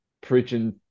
preaching